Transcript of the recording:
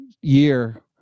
year